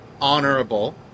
honorable